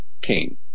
king